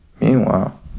meanwhile